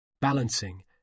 balancing